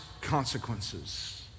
consequences